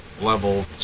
Level